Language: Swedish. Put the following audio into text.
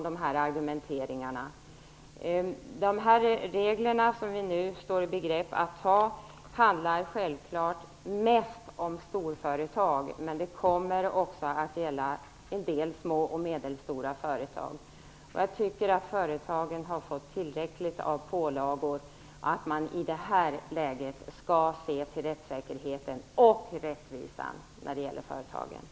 De regler som vi nu står i begrepp att anta handlar självklart mest om storföretag, men de kommer också att gälla en del små och medelstora företag. Jag tycker att företagen har fått tillräckligt av pålagor. I det här läget skall man se till rättssäkerheten och till rättvisan.